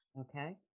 Okay